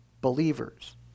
believers